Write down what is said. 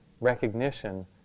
recognition